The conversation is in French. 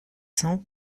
cents